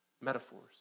metaphors